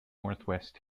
northwest